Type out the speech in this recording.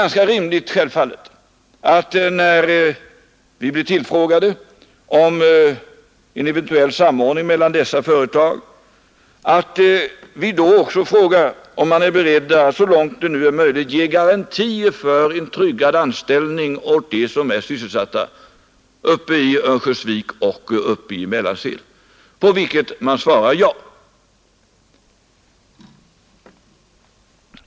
När vi blev tillfrågade om en eventuell samordning mellan dessa två företag, var det också ganska rimligt att vi frågade om man var beredd att så långt möjligt ge garantier för en tryggad anställning för dem som är sysselsatta i Örnsköldsvik och Mellansel, och på den frågan svarade man ja.